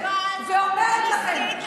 ב-2023,